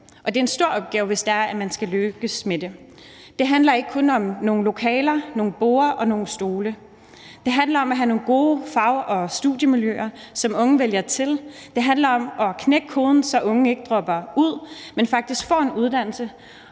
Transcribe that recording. det er en stor opgave, hvis det er, at man skal lykkes med det. Det handler ikke kun om nogle lokaler, nogle borde og nogle stole. Det handler om at have nogle gode fag- og studiemiljøer, som unge vælger til, det handler om knække koden, så unge ikke dropper ud, men faktisk får en uddannelse,